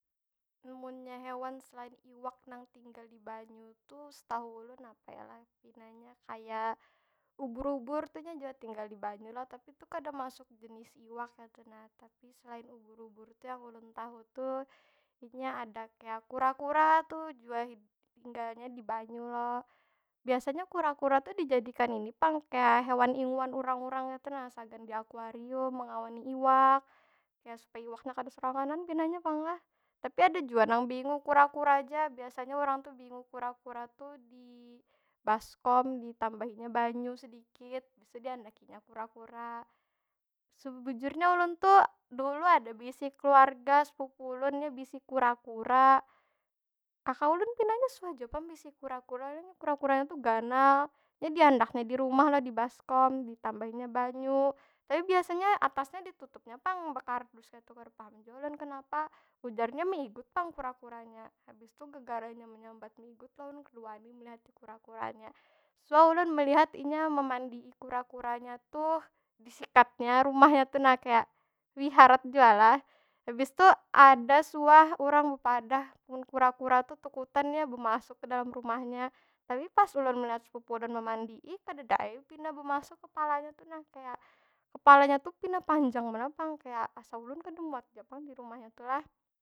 Munnya hewan, selain iwak nang tinggal di banyu tu, setahu ulun apa yo lah? Pinanya kaya ubur- ubur tu nya jua tinggal di banyu lo. Tapi tu kada masuk jenis iwak kaytu nah. Tapi selain ubur- ubur tu yang ulun tahu tu, inya ada kaya kura- kura tu jua tinggalnya di banyu lo. Biasanya kura- kura tu jadikan ini pang, kaya hewan inguan urang- urang kaytu na. Sagan di akuarium, mengawani iwak, kaya supaya iwaknya kada soranganan pinanya pang lah? Tapi ada jua nang diingu kura- kura ja, biasanya urang tu diingu kura- kura tu di baskom, di tambahinya banyu sedikit abis tu diandakinya kura- kura. Sebujurnya ulun tu, dahulu ada beisi keluarga, sepupu ulun nya bisi kura- kura. Kaka ulun pinanya suah jua pang bisi kura- kura, nya kura- kuranya tu ganal. Nya diandaknya di rumah lo, di baskom ditambahinya banyu. Tapi biasanya atasnya ditutupnya pang bekardus kaytu, kada paham jua ulun kenapa? Ujarnya meigut pang kura- kuranya. Habistu gegara inya menyambat meigut lo, ulun kada wani melihati kura- kuranya. Suah ulun melihat memandii kura- kuranya tuh. Disikatnya rumahnya tu nah. Kaya, wih harat jua lah. Habis tu ada suah urang bepadah mun kura- kura tu takutan, nya bemasuk ke dalam rumahnya. Tapi pas ulun meliat sepupu ulun memandii, kadeda ai pina bemasuk kepalanya tu nah. Kaya, kepalanya tu pina panjang banar pang. Kaya asa ulu kada muat jua pang di rumahnya tu lah.